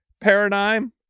paradigm